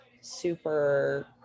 super